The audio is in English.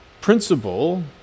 principle